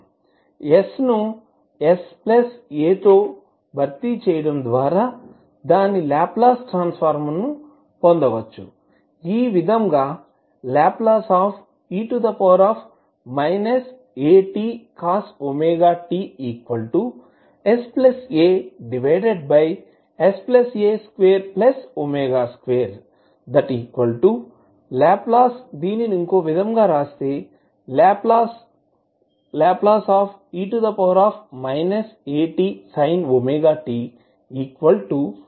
S ను s a తో భర్తీ చేయడం ద్వారా దాని లాప్లాస్ ట్రాన్సఫార్మ్ ను పొందవచ్చుఈ విధంగా Le atcos wt sasa2w2 Le atsin wt wsa2w2 అవుతుంది